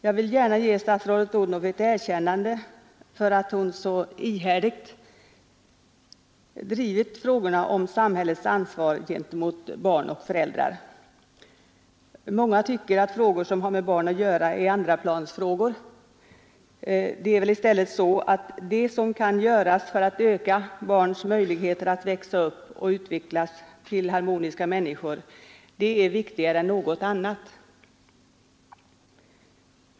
Jag vill gärna ge statsrådet Odhnoff ett erkännande för att hon så ihärdigt drivit frågorna om samhällets ansvar gentemot barn och föräldrar. Många tycker att frågor som har med barn att göra är andraplansfrågor. Det är väl i stället så att det som kan göras för att öka barns möjligheter att växa upp och utvecklas till harmoniska människor, det är viktigare än något annat.